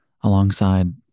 alongside